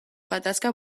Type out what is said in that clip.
gatazka